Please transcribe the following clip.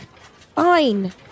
fine